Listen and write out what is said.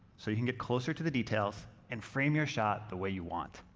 so you can get closer to the details and frame your shot the way you want.